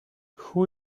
who